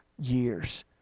years